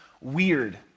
weird